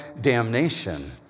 damnation